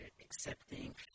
accepting